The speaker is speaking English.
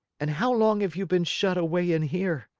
and how long have you been shut away in here?